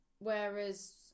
whereas